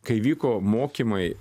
kai vyko mokymai